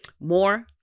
more